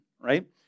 right